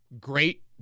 Great